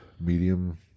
medium